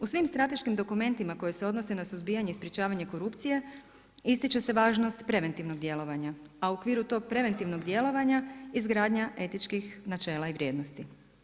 U svim strateškim dokumentima koje se odnose za suzbijanje i sprečavanje korupcije, ističe se važnost preventivnog djelovanja, a u okviru tog preventivnog djelovanja izgradnja etičkih načela i vrijednosti.